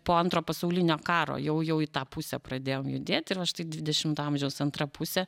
po antro pasaulinio karo jau jau į tą pusę pradėjom judėt ir va štai dvidešimto amžiaus antra pusė